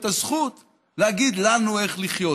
את הזכות להגיד לנו איך לחיות.